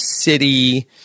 City